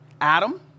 Adam